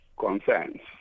Concerns